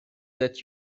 that